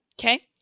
okay